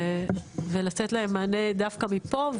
ולתת להם מענה דווקא מפה,